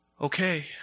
okay